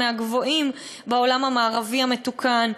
מהגבוהים בעולם המערבי המתוקן.